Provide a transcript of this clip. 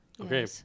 Okay